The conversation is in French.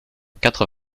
quatre